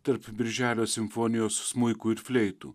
tarp birželio simfonijos smuikų ir fleitų